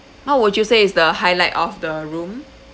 what would you say is the highlight of the room